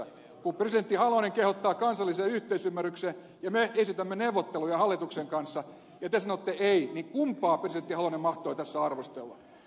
kun presidentti halonen kehottaa kansalliseen yhteisymmärrykseen ja me esitämme neuvotteluja hallituksen kanssa ja te sanotte ei niin kumpaa presidentti halonen mahtoi tässä arvostella